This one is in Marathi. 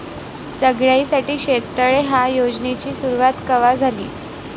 सगळ्याइसाठी शेततळे ह्या योजनेची सुरुवात कवा झाली?